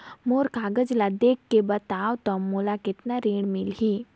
मोर कागज ला देखके बताव तो मोला कतना ऋण मिलही?